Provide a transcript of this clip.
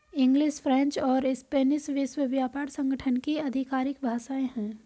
English, French और Spanish विश्व व्यापार संगठन की आधिकारिक भाषाएं है